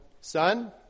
Son